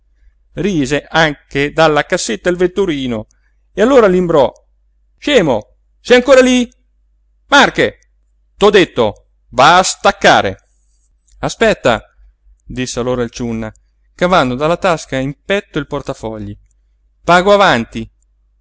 rise anche dalla cassetta il vetturino e allora l'imbrò scemo sei ancora lí marche t'ho detto va a staccare aspetta disse allora il ciunna cavando dalla tasca in petto il portafogli pago avanti